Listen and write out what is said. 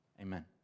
Amen